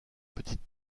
petite